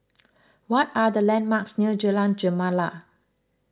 what are the landmarks near Jalan Gemala